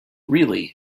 really